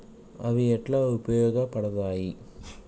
అవి ఎట్లా ఉపయోగ పడతాయి?